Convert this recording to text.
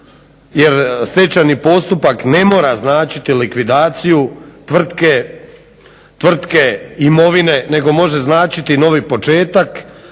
jer stečajni postupak ne mora značiti likvidaciju tvrtke imovine, nego može značiti novi početak